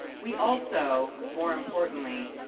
we also, more importantly,